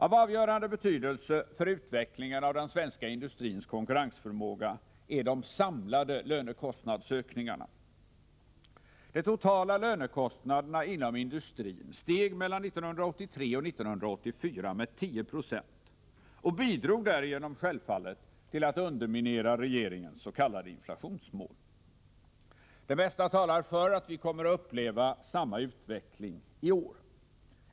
Av avgörande betydelse för utvecklingen av den svenska industrins konkurrensförmåga är de samlade lönekostnadsökningarna. De totala lönekostnaderna inom industrin steg mellan 1983 och 1984 med 10 20 och bidrog därigenom självfallet till att underminera regeringens s.k. inflationsmål. Det mesta talar för att vi kommer att få uppleva samma utveckling i år.